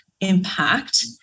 impact